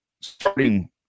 starting